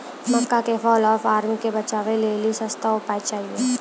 मक्का के fall of army से बचाबै लेली सस्ता उपाय चाहिए?